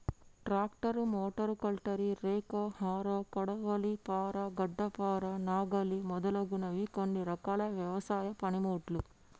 tractor, మోటో కల్టర్, rake, harrow, కొడవలి, పార, గడ్డపార, నాగలి మొదలగునవి కొన్ని రకాల వ్యవసాయ పనిముట్లు